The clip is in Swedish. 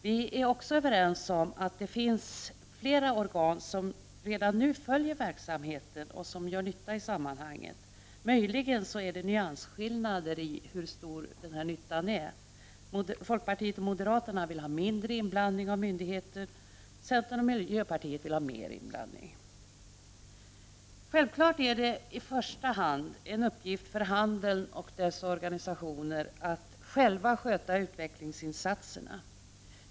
Vi är också överens om att det redan finns flera organ som nu följer verksamheten och som gör nytta i sammanhanget. Möjligen finns det nyansskillnader i fråga om hur stor den nyttan är. Folkpartiet och moderaterna vill ha mindre inblandning av myndigheter, centern och miljöpartiet mer. Självfallet är det i första hand en uppgift för handeln och dess organisationer att själva sköta utvecklingsinsatserna.